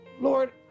Lord